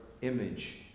image